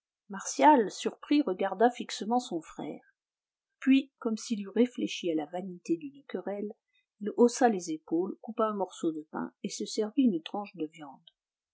martial surpris regarda fixement son frère puis comme s'il eût réfléchi à la vanité d'une querelle il haussa les épaules coupa un morceau de pain et se servit une tranche de viande